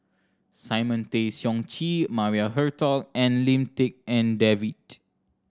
Simon Tay Seong Chee Maria Hertogh and Lim Tik En David